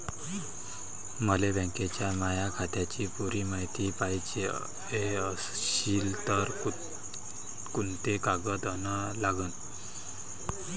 मले बँकेच्या माया खात्याची पुरी मायती पायजे अशील तर कुंते कागद अन लागन?